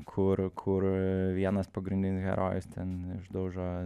kur kur vienas pagrindinis herojus ten išdaužo